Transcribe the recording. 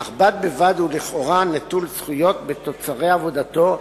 אך בד בבד הוא לכאורה נטול זכויות בתוצרי עבודתו,